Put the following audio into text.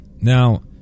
Now